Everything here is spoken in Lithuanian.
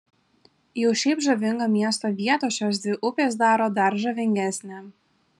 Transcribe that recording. jau šiaip žavingą miesto vietą šios dvi upės daro dar žavingesnę